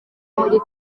muri